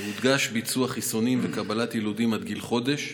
הודגש ביצוע חיסונים וקבלת יילודים עד גיל חודש.